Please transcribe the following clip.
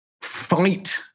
fight